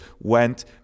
went